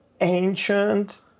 ancient